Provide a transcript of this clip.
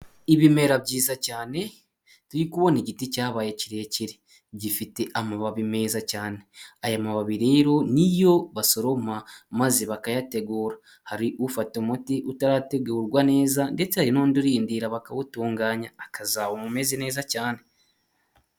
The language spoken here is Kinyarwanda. Ibimera byiza cyane, turi kubona igiti cyabaye kirekire, gifite amababi meza cyane, aya mababi rero niyo basoroma maze bakayategura, hari ufata umuti utarategurwa neza ndetse hari n'undi urindira bakawutunganya, akazawunywa umeze neza cyane.